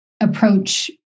approach